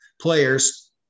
players